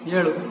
ಏಳು